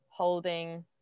holding